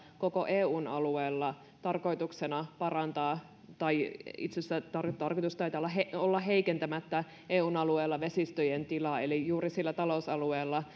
koko eun alueella parantaa tai itse asiassa tarkoitus taitaa olla olla heikentämättä eun alueella vesistöjen tilaa eli juuri sillä talousalueella